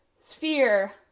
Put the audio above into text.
sphere